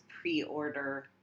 pre-order